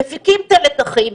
מפיקים את הלקחים,